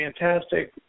fantastic